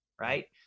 right